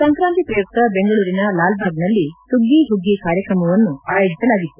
ಸಂಕ್ರಾಂತಿ ಪ್ರಯುಕ್ತ ಬೆಂಗಳೂರಿನ ಲಾಲ್ಬಾಗ್ನಲ್ಲಿ ಸುಗ್ಗಿ ಹುಗ್ಗಿ ಕಾರ್ಯಕ್ರಮವನ್ನು ಆಯೋಜಿಸಲಾಗಿತ್ತು